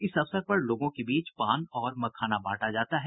इस अवसर पर लोगों के बीच पान और मखाना बांटा जाता है